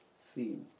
seen